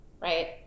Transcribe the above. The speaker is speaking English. right